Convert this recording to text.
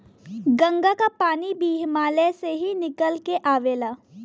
गंगा क पानी भी हिमालय से ही निकल के आवेला